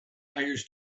hires